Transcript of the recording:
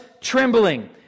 trembling